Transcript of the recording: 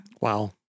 Wow